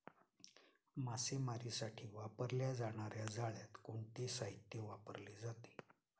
मासेमारीसाठी वापरल्या जाणार्या जाळ्यात कोणते साहित्य वापरले जाते?